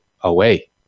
away